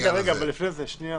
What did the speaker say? רגע, לפני זה, שנייה.